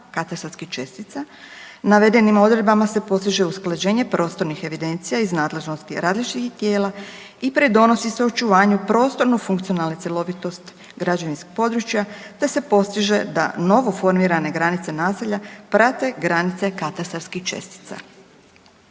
katastarskih čestica, navedenim odredbama se postiže usklađenje prostornih evidencija iz nadležnosti različitih tijela i pridonosi se očuvanju prostorno funkcionalne cjelovitosti građevinskog područja te se postiže da novoformirane granice naselja prate granice katastarskih čestica.